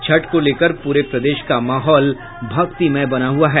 छठ को लेकर पूरे प्रदेश का माहौल भक्तिमय बना हुआ है